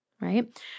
right